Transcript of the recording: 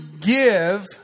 give